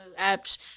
apps